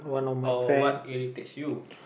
or what irritates you